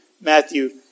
Matthew